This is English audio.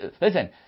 Listen